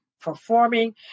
performing